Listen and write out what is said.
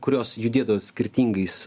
kurios judėtų skirtingais